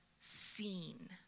seen